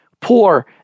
poor